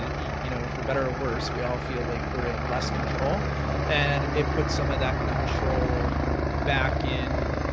you know for better or worse, we all feel like we're in less control and it puts some of that control back in,